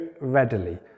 readily